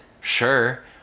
sure